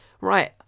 right